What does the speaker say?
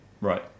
Right